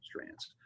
strands